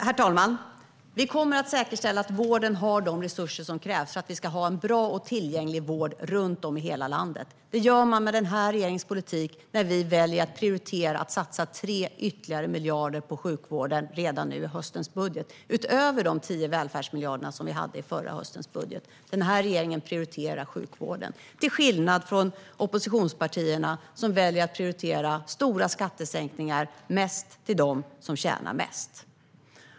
Herr talman! Vi kommer att säkerställa att vården har de resurser som krävs för att vi ska ha en bra och tillgänglig vård runt om i hela landet. Det gör vi med den här regeringens politik när vi väljer att satsa 3 ytterligare miljarder på sjukvården redan i höstens budget, utöver de 10 välfärdsmiljarder vi hade i förra höstens budget. Den här regeringen prioriterar sjukvården - till skillnad från oppositionspartierna, som väljer att prioritera stora skattesänkningar och att ge mest till dem som tjänar mest.